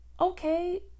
Okay